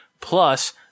Plus